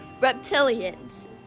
reptilians